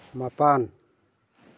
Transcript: ꯃꯄꯥꯟ